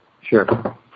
Sure